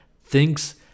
thinks